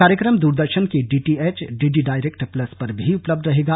कार्यक्रम दूरदर्शन के DTH DD direct plus पर भी उपलब्ध रहेगा